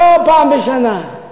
ולא פעם בשנה.